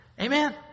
Amen